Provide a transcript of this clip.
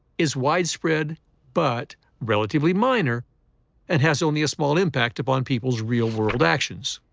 is widespread but relatively minor and has only a small impact upon people's real-world actions.